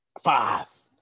Five